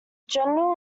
general